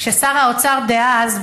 כששר האוצר דאז,